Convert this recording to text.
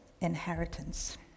inheritance